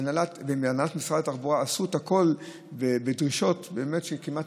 הנהלת משרד התחבורה עשתה הכול ובדרישות שהיו כמעט